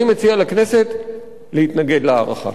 אני מציע לכנסת להתנגד להארכה.